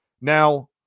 Now